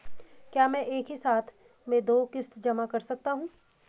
क्या मैं एक ही साथ में दो किश्त जमा कर सकता हूँ?